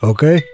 Okay